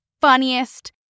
funniest